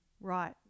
Right